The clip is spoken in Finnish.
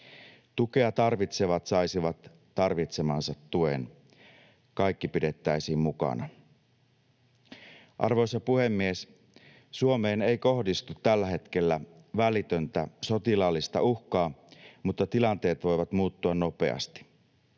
Tukea tarvitsevat saisivat tarvitsemansa tuen. Kaikki pidettäisiin mukana. Arvoisa puhemies! Suomeen ei kohdistu tällä hetkellä välitöntä sotilaallista uhkaa, mutta tilanteet voivat muuttua nopeasti.